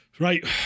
Right